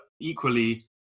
equally